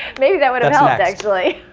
maybe that would've helped actually.